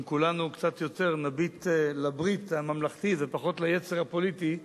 אם כולנו קצת יותר נביט לברית הממלכתית ופחות ליצר הפוליטי,